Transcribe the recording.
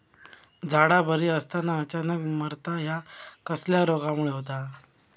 झाडा बरी असताना अचानक मरता हया कसल्या रोगामुळे होता?